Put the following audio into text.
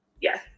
yes